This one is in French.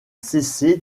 cessé